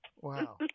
Wow